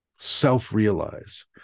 self-realize